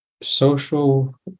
social